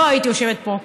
לא הייתי יושבת פה.